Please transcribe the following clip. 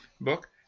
book